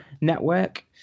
Network